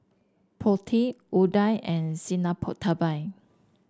Potti Udai and